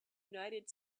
united